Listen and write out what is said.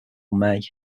may